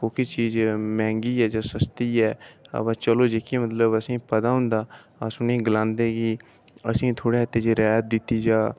कोह्की चीज मैंह्गी ऐ जां सस्ती ऐ अ'वा चलो जेह्कियां मतलब असें ई पता होंदा अस उ'नें गी गलांदे कि असें ई थोह्ड़ी इस च रियात दित्ती जाऽ